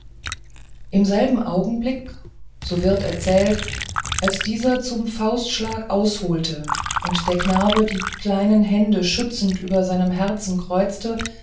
in demselben augenblick so wird erzählt als dieser zum faustschlage ausholte und der knabe die kleinen hände schützend über seinem herzen kreuzte